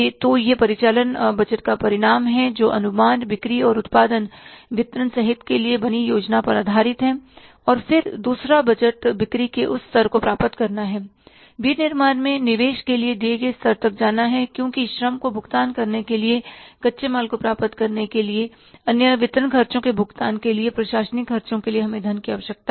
तो यह परिचालन बजट का परिणाम है जो अनुमान बिक्री और उत्पादन वितरण सहित के लिए बनी योजना पर आधारित है और फिर दूसरा बजट बिक्री के उस स्तर को प्राप्त करना है विनिर्माण में निवेश के लिए दिए गए स्तर तक जाना है क्योंकि श्रम को भुगतान करने के लिए कच्चे माल को प्राप्त करने के लिए अन्य वितरण खर्चों के भुगतान के लिए प्रशासनिक खर्चों के लिए हमें धन की आवश्यकता है